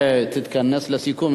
אני מציע שתתכנס לסיכום,